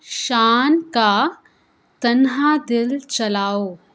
شان کا تنہا دل چلاؤ